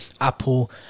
Apple